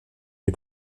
des